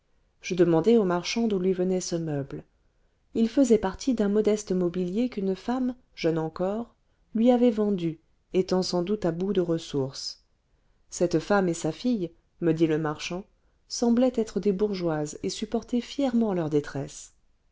je demandai au marchand d'où lui venait ce meuble il faisait partie d'un modeste mobilier qu'une femme jeune encore lui avait vendu étant sans doute à bout de ressources cette femme et sa fille me dit le marchand semblaient être des bourgeoises et supporter fièrement leur détresse